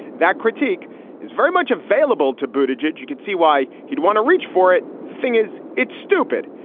that critique is very much available to butyrate. you could see why he'd want to reach for it. thing is, it's stupid.